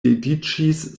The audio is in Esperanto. dediĉis